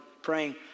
praying